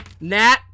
Nat